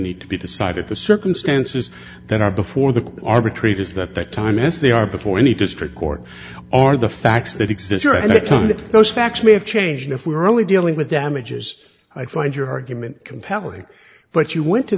need to be decided the circumstances that are before the arbitrate is that the time as they are before any district court are the facts that exist or at the time that those facts may have changed if we are only dealing with damages i find your argument compelling but you went to